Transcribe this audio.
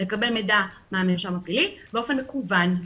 לקבל מידע מהמרשם הפלילי באופן מקוון.